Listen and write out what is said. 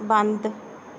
ਬੰਦ